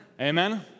Amen